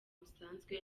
busanzwe